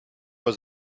was